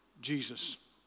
Jesus